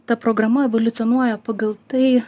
ta programa evoliucionuoja pagal tai